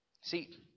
See